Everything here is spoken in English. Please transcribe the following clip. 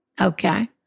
Okay